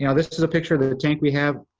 you know this this is a picture of the tank we have.